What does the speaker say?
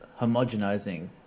homogenizing